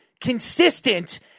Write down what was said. consistent